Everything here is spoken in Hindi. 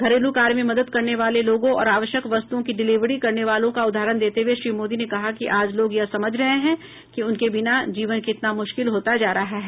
घरेलू कार्य में मदद करने वाले लोगों और आवश्यक वस्तुओं की डिलीवरी करने वालों का उदाहरण देते हुए श्री मोदी ने कहा कि आज लोग यह समझ रहे हैं कि उनके बिना जीवन कितना मुश्किल होता जा रहा है